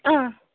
ಹಾಂ